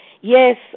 yes